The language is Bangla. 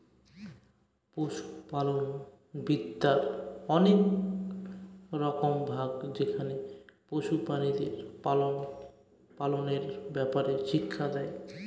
পশুপালনবিদ্যার অনেক রকম ভাগ যেখানে পশু প্রাণীদের লালন পালনের ব্যাপারে শিক্ষা দেয়